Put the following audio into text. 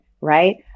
right